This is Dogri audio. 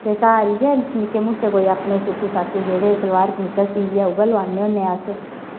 ते घर इयै निक्के मुट्टे कोई अपने सुटू साटू जेह्ड़े सलवार कमीचां सीऐ उऐ लोआन्न्ने होन्ने अस